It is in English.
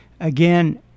Again